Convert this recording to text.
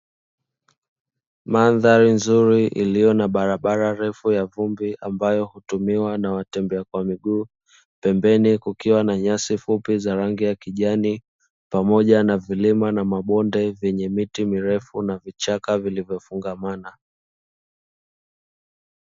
Mandhari nzuri iliyo na barabara refu ya vumbi ambayo hutumiwa na watembea kwa miguu, pembeni kukiwa na nyasi fupi za rangi ya kijani pamoja na vilima na mabonde vyenye miti mirefu na vichaka vilivyofungamana.